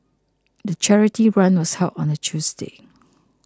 the charity run was held on a Tuesday